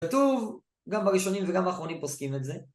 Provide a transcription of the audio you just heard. כתוב, גם בראשונים וגם באחרונים פוסקים את זה